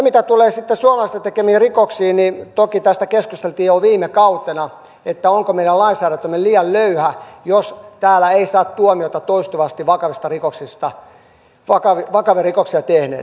mitä tulee sitten suomalaisten tekemiin rikoksiin niin toki tästä keskusteltiin jo viime kautena että onko meidän lainsäädäntömme liian löyhä jos täällä eivät saa tuomiota toistuvasti vakavia rikoksia tehneet